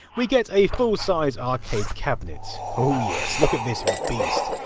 we get a full size arcade cabinet. ohhh yes. look at this beast.